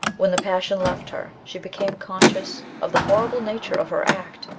when the passion left her she became conscious of the horrible nature of her act,